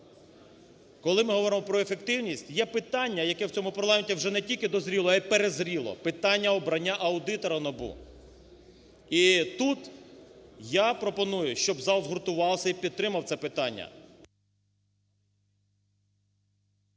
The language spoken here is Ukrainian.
Коли ми говоримо про ефективність, є питання, яке в цьому парламенті вже не тільки дозріло, а й перезріло – питання обрання аудитора НАБУ. І тут я пропоную, щоб зал згуртувався і підтримав це питання.